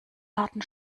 harten